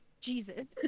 Jesus